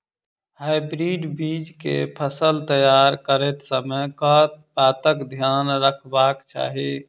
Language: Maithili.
हाइब्रिड बीज केँ फसल तैयार करैत समय कऽ बातक ध्यान रखबाक चाहि?